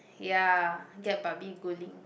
ya get babi-guling